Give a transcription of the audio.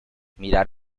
mirar